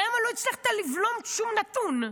למה לא הצלחת לבלום שום נתון?